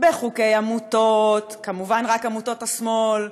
בחוקי עמותות, כמובן, רק עמותות השמאל,